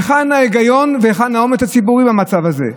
היכן ההיגיון והיכן האומץ הציבורי במצב הזה?